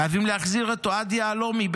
חייבים להחזיר את אוהד יהלומי,